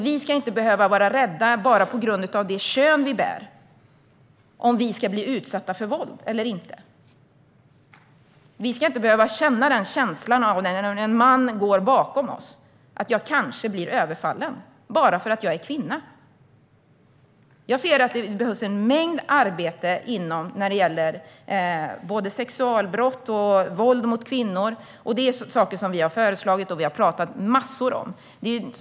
Vi ska inte behöva vara rädda att bli utsatta för våld enbart på grund av det kön vi bär. Vi ska inte behöva känna när en man går bakom oss: Jag kanske blir överfallen bara för att jag är kvinna. Jag ser att det behövs mycket arbete när det gäller både sexualbrott och våld mot kvinnor. Det är saker vi har föreslagit och pratat massor om.